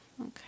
Okay